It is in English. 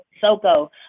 Soko